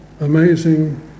amazing